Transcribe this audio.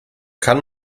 kann